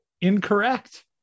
incorrect